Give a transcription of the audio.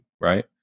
right